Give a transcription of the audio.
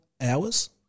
hours